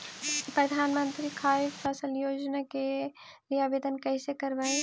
प्रधानमंत्री खारिफ फ़सल योजना के लिए आवेदन कैसे करबइ?